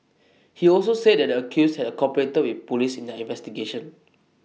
he also said that the accused had cooperated with Police in their investigation